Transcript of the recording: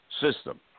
system